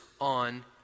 on